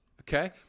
Okay